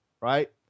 right